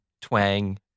twang